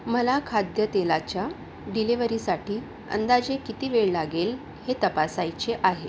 मला खाद्यतेलाच्या डिलेवरीसाठी अंदाजे किती वेळ लागेल हे तपासायचे आहे